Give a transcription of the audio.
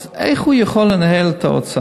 אז, איך הוא יכול לנהל את האוצר?